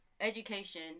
education